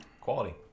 Quality